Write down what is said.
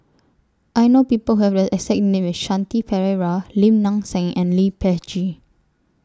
I know People Who Have The exact name as Shanti Pereira Lim Nang Seng and Lee Peh Gee